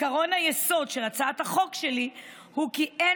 עקרון היסוד של הצעת החוק שלי הוא כי אין